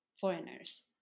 foreigners